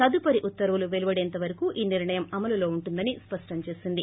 తదుపరి ఉత్తర్వులు వెలువడేంత వరకూ ఈ నిర్ణయం అమలులో ఉంటుందని స్పష్టం చేసింది